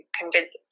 convince